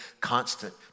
constant